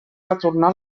retornar